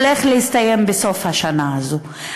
הולך להסתיים בסוף השנה הזאת.